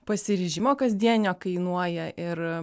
pasiryžimo kasdienio kainuoja ir